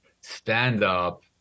stand-up